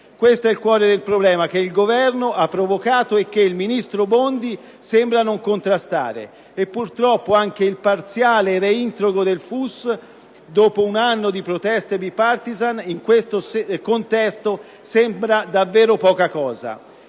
Questo è il cuore del problema che il Governo ha determinato e che il ministro Bondi sembra non contrastare. Purtroppo anche il parziale reintegro del FUS, dopo un anno di proteste *bipartisan*,in questo contesto sembra davvero poca cosa,